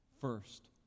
first